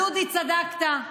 אז דודי, צדקת,